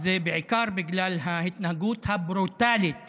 שזה בעיקר בגלל ההתנהגות הברוטלית